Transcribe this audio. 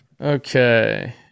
Okay